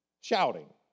shouting